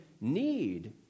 need